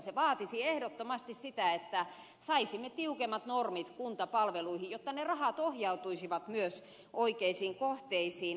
se vaatisi ehdottomasti sitä että saisimme tiukemmat normit kuntapalveluihin jotta ne rahat ohjautuisivat myös oikeisiin kohteisiin